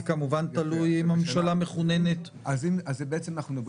זה כמובן תלוי אם הממשלה --- האם זה